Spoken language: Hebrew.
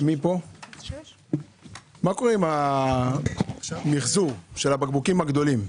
מה קורה עם המחזור של הבקבוקים הגדולים?